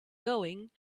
going